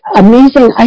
amazing